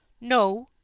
No